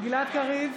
גלעד קריב,